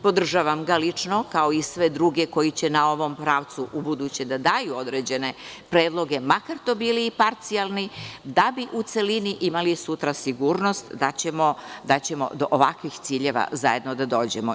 Podržavam ga lično, kao i sve druge koji će na ovom pravcu ubuduće da daju određene predloge, makar to bili i parcijalni, da bi u celini imali sutra sigurnost da ćemo do ovakvih ciljeva zajedno da dođemo.